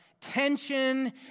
tension